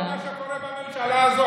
זה כמו כל מה שקורה בממשלה הזאת,